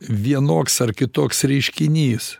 vienoks ar kitoks reiškinys